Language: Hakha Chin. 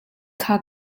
kha